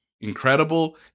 incredible